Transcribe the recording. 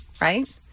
right